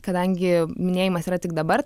kadangi minėjimas yra tik dabar